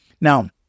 Now